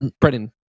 Brendan